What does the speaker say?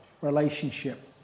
relationship